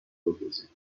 بپرسید